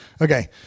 Okay